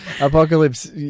Apocalypse